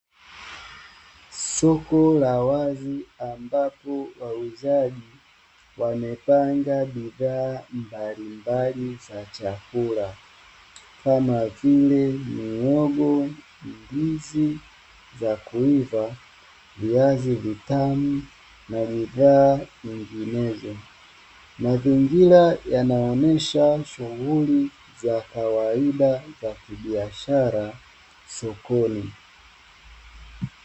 Soko la wazi Ambapo wauzaji wamepanga bidhaa mbalimbali za chakula kama vile; Muhogo, Ndizi za kuiva, Viazi vitam na bidhaa nyinginezo, Mazingira yanaonesha shughuli za kawaida zakibiashara sokoni.